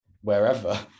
wherever